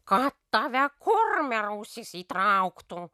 kad tave kurmiarausis įtrauktų